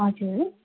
हजुर